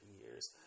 years